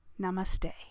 Namaste